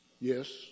Yes